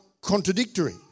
contradictory